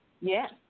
Yes